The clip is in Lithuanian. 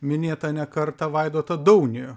minėtą ne kartą vaidotą daunį